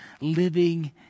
living